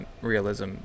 realism